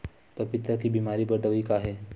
पपीता के बीमारी बर दवाई का हे?